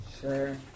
Sure